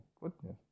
goodness